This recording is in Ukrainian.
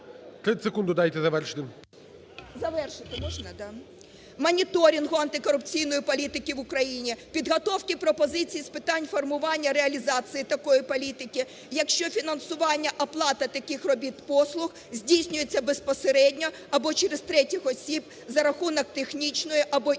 "моніторингу антикорупційної політики в Україні, підготовки пропозицій з питань формування реалізації такої політики, якщо фінансування, оплата таких робіт, послуг здійснюється безпосередньо або через третіх осіб за рахунок технічної або іншої,